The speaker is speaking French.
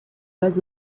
pas